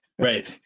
Right